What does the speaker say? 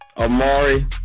Amari